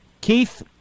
Keith